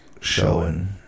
showing